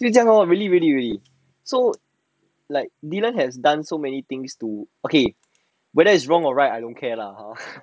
就这样 lor really really so like dylan has done so many things to okay whether is wrong or right I don't care lah hor